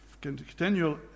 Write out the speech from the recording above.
continual